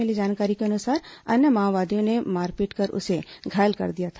मिली जानकारी के अनुसार अन्य माओवादियों ने मारपीट कर उसे घायल कर दिया था